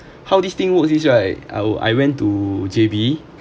how this thing works right I I went to J_B